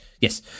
yes